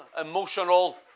emotional